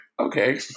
okay